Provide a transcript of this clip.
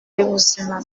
y’ubuzima